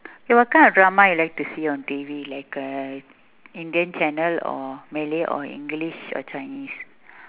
eh what kind of drama you like to see on T_V like uh indian channel or malay or english or chinese